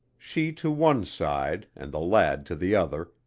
she to one side and the lad to the other,